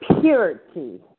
purity